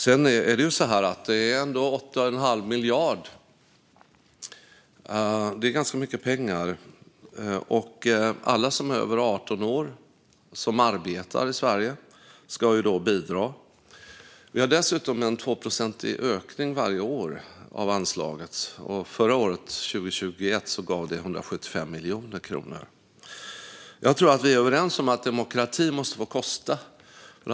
Det handlar ändå om 8 1⁄2 miljard, vilket är mycket pengar. Alla som är över 18 år och som arbetar i Sverige ska bidra. Vi har dessutom en 2-procentig ökning av anslaget varje år. Förra året, 2021, gav det 175 miljoner kronor. Jag tror att vi är överens om att demokrati måste få kosta.